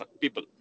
people